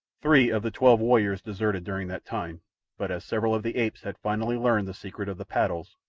three of the twelve warriors deserted during that time but as several of the apes had finally learned the secret of the paddles,